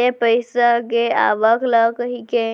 ले पइसा के आवक ल कहिके